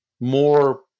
more